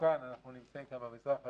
ומסוכן אנחנו נמצאים, כאן במזרח התיכון,